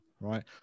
right